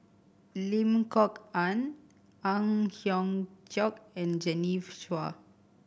Lim Kok Ann Ang Hiong Chiok and Chua